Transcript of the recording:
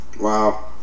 Wow